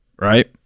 right